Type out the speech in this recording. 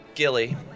Gilly